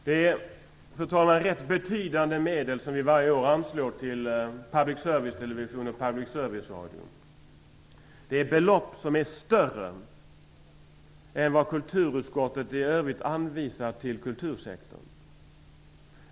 Det är, fru talman, rätt betydande medel som vi anslår till public servicetelevisionen och public service-radion. Det är belopp som är större än vad kulturutskottet i övrigt anvisar till kultursektorn.